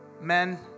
men